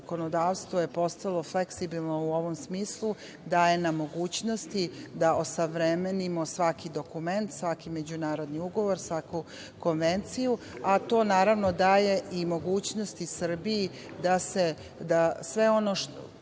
zakonodavstvo je postalo fleksibilno u ovom smislu, daje nam mogućnosti da osavremenimo svaki dokument, svaki međunarodni ugovor, svaku konvenciju, a to naravno daje i mogućnost i Srbiji da sve ono što